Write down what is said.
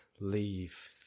Leave